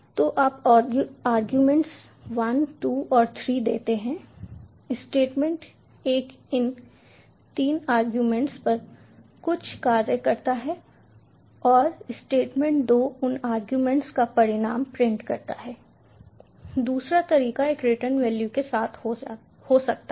तो आप आरगुमेंट्स 1 2 और 3 देते हैं स्टेटमेंट एक इन 3 आरगुमेंट्स पर कुछ कार्य करता है और स्टेटमेंट 2 उन आरगुमेंट्स का परिणाम प्रिंट करता है दूसरा तरीका एक रिटर्न वैल्यू के साथ हो सकता है